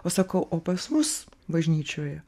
o sakau o pas mus bažnyčioje